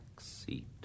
seat